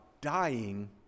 dying